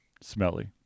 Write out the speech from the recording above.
smelly